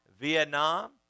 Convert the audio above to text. Vietnam